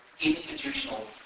institutional